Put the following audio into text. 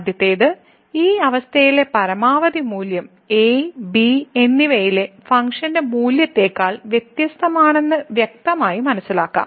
ആദ്യത്തേത് ഈ അവസ്ഥയിലെ പരമാവധി മൂല്യം a b എന്നിവയിലെ ഫംഗ്ഷൻ മൂല്യത്തേക്കാൾ വ്യത്യസ്തമാണെന്ന് വ്യക്തമായി മനസ്സിലാക്കാം